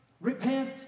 Repent